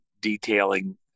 detailing